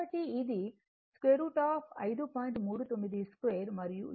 39 2 మరియు ఈ పొడవు 25 5